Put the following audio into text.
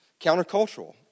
Countercultural